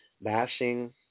bashing